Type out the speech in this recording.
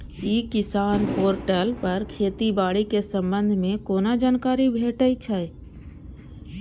ई किसान पोर्टल पर खेती बाड़ी के संबंध में कोना जानकारी भेटय छल?